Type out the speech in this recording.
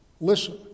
Listen